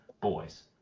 boys